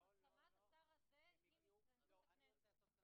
השלמת הגשת בקשה לפי תקנת משנה זו.